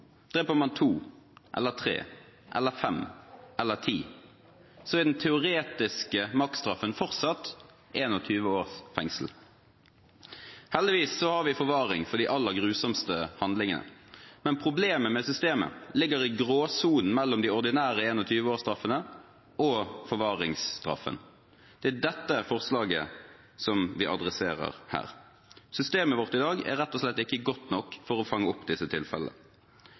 Dreper man to eller tre eller fem eller ti, er den teoretiske maksstraffen fortsatt 21 års fengsel. Heldigvis har vi forvaring for de aller grusomste handlingene, problemet med systemet ligger i gråsonen mellom de ordinære 21-årsstraffene og forvaringsstraffen. Det er dette som forslaget adresserer her. Systemet vårt i dag er rett og slett ikke godt nok til å fange opp disse tilfellene.